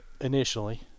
Initially